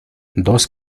dos